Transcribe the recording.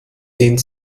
dehnt